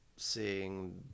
Seeing